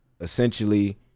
essentially